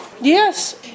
Yes